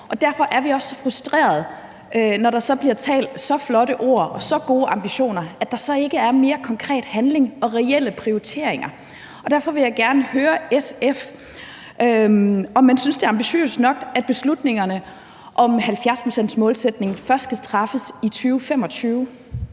derfor bliver vi også så frustrerede over, når der bliver talt så flotte ord og der er så gode ambitioner, at der ikke er mere konkret handling og reelle prioriteringer i det. Derfor vil jeg gerne høre SF, om man synes, det er ambitiøst nok, at beslutningerne om 70-procentsmålsætningen først skal træffes i 2025.